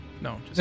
No